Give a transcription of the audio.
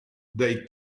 they